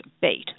bait